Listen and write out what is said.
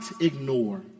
ignore